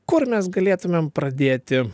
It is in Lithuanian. kur mes galėtumėm pradėti